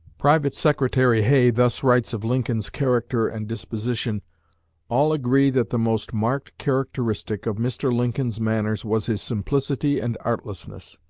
private secretary hay thus writes of lincoln's character and disposition all agree that the most marked characteristic of mr. lincoln's manners was his simplicity and artlessness